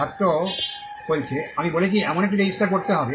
ছাত্র আমি বলেছি এমনকি রেজিস্টার করতে হবে